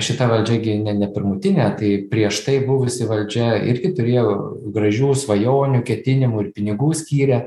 šita valdžia gi ne ne pirmutinė tai prieš tai buvusi valdžia irgi turėjo gražių svajonių ketinimų ir pinigų skyrė